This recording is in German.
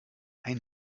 ein